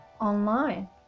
online